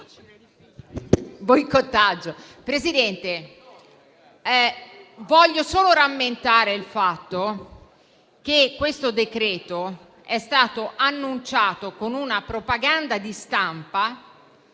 Presidente, vorrei rammentare il fatto che questo decreto-legge è stato annunciato con una propaganda di stampa